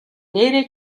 нээрээ